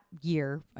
year